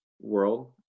world